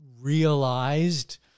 realized